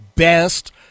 best